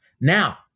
Now